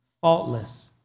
Faultless